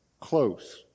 close